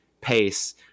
pace